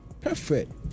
Perfect